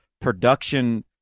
production